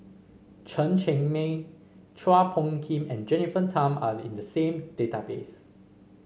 Chen Cheng Mei Chua Phung Kim and Jennifer Tham are in the same database